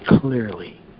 clearly